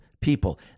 people